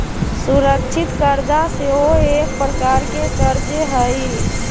सुरक्षित करजा सेहो एक प्रकार के करजे हइ